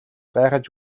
гайхаж